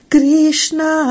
Krishna